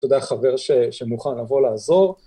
‫תודה, חבר, שמוכן לבוא לעזור.